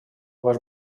ваш